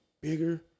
bigger